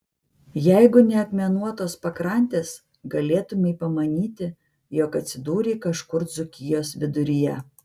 jeigu ne akmenuotos pakrantės galėtumei pamanyti jog atsidūrei kažkur dzūkijos viduryje